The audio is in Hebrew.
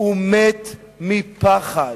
הוא מת מפחד,